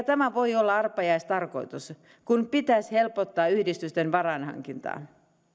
tämä voi olla arpajaisten tarkoitus kun pitäisi helpottaa yhdistysten varainhankintaa